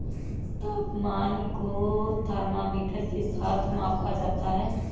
तापमान को थर्मामीटर के साथ मापा जाता है